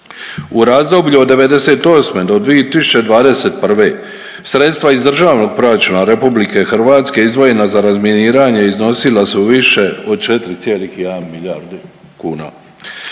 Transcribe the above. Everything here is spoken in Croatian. U razdoblju od '98.-2021. sredstva iz državnog proračuna RH izdvojena za razminiranje iznosila su više od 4,1 milijardi kuna.